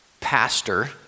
Pastor